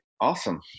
Awesome